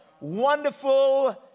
wonderful